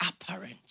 apparent